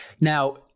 Now